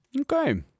Okay